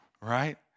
Right